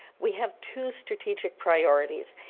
we have two strategic priorities,